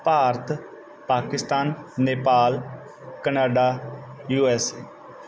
Bharat Pakistan Nepal Canada U S